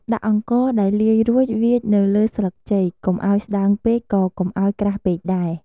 ដាក់អង្ករដែលលាយរួចវាចនៅលើស្លឹកចេក កុំឱ្យស្តើងពេក ក៏កុំឱ្យក្រាស់ពេកដែរ។